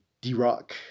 D-Rock